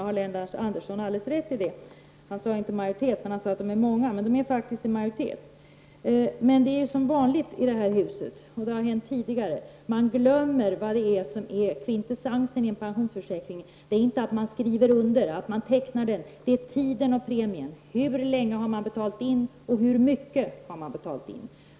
Han sade i och för sig inte att de var i majoritet utan att de var många; men de är faktiskt i majoritet. Som vanligt i detta hus, precis som har skett vid tidigare tillfällen, glömmer man att vad som är kvintessensen i en pensionsförsäkring inte är att man skriver under, att man tecknar den, utan det är tiden och premien som är avgörande: Hur länge och hur mycket har man betalt in?